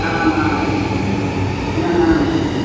आमाम् आमाम्